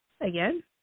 again